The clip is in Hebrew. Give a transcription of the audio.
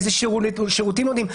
איזה שירותים נותנים.